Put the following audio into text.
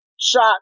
shot